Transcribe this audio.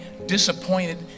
disappointed